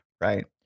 right